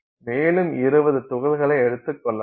மேலும் 20 துகள்களை எடுத்துக் கொள்ளலாம்